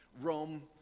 Rome